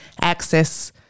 access